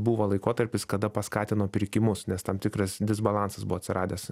buvo laikotarpis kada paskatino pirkimus nes tam tikras disbalansas buvo atsiradęs